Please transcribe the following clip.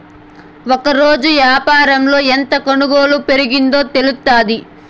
ఒకరోజు యాపారంలో ఎంత కొనుగోలు పెరిగిందో తెలుత్తాది